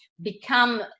become